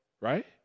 Right